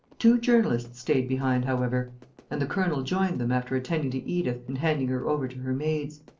two journalists stayed behind, however and the colonel joined them, after attending to edith and handing her over to her maids.